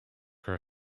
her